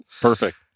Perfect